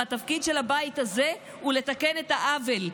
והתפקיד של הבית הזה הוא לתקן את העוול,